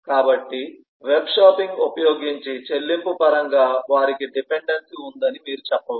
కాబట్టి web shopping ఉపయోగించి చెల్లింపు పరంగా వారికి డిపెండెన్సీ ఉందని మీరు చెప్పవచ్చు